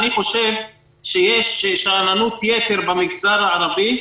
אני חושב שיש שאננות יתר במגזר הערבי,